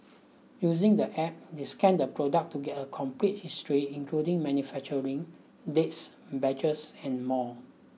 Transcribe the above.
using the App they scan the product to get a complete history including manufacturing dates batches and more